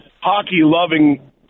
Hockey-loving